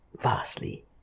vastly